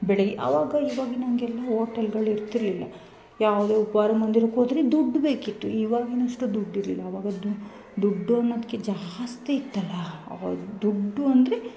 ಬೆಳಗ್ಗೆ ಅವಾಗ ಇವಾಗಿನ್ ಹಂಗೆಲ್ಲ ಹೋಟೆಲ್ಗಳ್ ಇರ್ತಿರಲಿಲ್ಲ ಯಾವುದೇ ಉಪಹಾರ ಮಂದಿರಕ್ಕೆ ಹೋದ್ರೆ ದುಡ್ಡು ಬೇಕಿತ್ತು ಇವಾಗಿನಷ್ಟು ದುಡ್ಡು ಇರಲಿಲ್ಲ ಅವಾಗ ದುಡ್ಡು ಅನ್ನೋದಕ್ಕೆ ಜಾಸ್ತಿ ಇತ್ತಲ್ಲ ದುಡ್ಡು ಅಂದರೆ